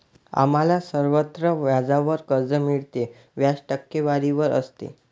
आम्हाला सर्वत्र व्याजावर कर्ज मिळते, व्याज टक्केवारीवर असते